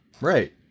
Right